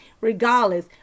regardless